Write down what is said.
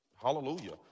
hallelujah